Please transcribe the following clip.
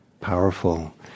powerful